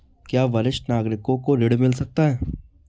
क्या वरिष्ठ नागरिकों को ऋण मिल सकता है?